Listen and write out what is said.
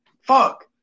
fuck